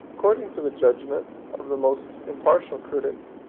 according to the judgment of the most impartial critics,